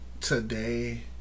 today